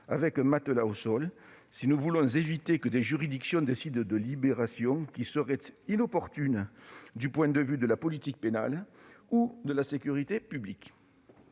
avec un matelas au sol, si nous voulons éviter que des juridictions décident de libérations inopportunes du point de vue de la politique pénale ou de la sécurité publique.